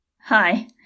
Hi